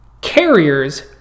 carriers